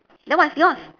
then what's yours